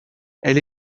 elle